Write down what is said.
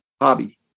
hobby